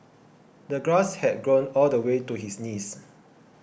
the grass had grown all the way to his knees